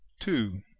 two.